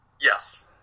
Yes